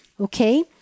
Okay